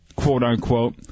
quote-unquote